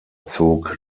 zog